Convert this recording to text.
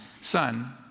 son